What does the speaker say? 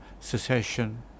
secession